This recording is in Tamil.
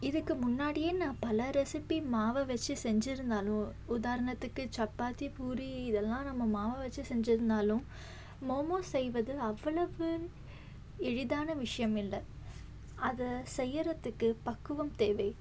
இதுக்கு முன்னாடி நான் பல ரெசிப்பி மாவை வச்சு செஞ்சிருந்தாலும் உதாரணத்துக்கு சப்பாத்தி பூரி இதெல்லாம் நம்ம மாவை வச்சு செஞ்சிருந்தாலும் மோமோஸ் செய்வது அவ்வளவு எளிதான விஷயம் இல்லை அதை செய்கிறத்துக்கு பக்குவம் தேவை